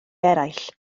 eraill